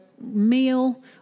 meal